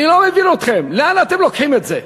אני לא מבין אתכם, לאן אתם לוקחים את זה?